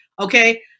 Okay